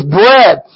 bread